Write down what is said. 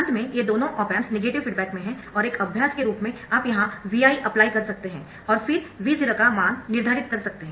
अंत में ये दोनों ऑप एम्प्स नेगेटिव फीडबैक में हैं और एक अभ्यास के रूप में आप यहां Vi अप्लाई कर सकते है और फिर V0 का मान निर्धारित कर सकते है